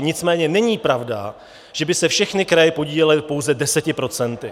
Nicméně není pravda, že by se všechny kraje podílely pouze 10 procenty.